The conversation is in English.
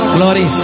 Glory